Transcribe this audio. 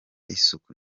isuku